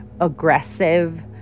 aggressive